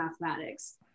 mathematics